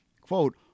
quote